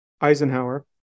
Eisenhower